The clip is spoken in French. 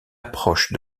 approche